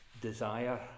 desire